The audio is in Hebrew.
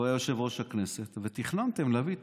הוא היה יושב-ראש הכנסת ותכננתם להביא את